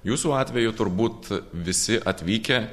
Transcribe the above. jūsų atveju turbūt visi atvykę